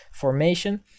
formation